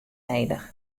nedich